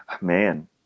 man